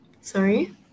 Sorry